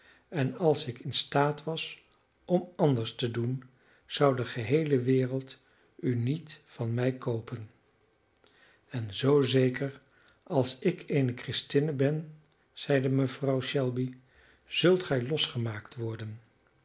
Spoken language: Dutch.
en als ik in staat was om anders te doen zou de geheele wereld u niet van mij koopen en zoo zeker als ik eene christinne ben zeide mevrouw shelby zult gij losgemaakt worden